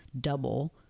double